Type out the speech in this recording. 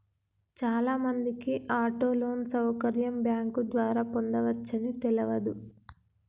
చాలామందికి auto loan సౌకర్యం bank ద్వారా పొందవచ్చని తెలవదు